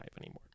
anymore